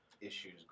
issues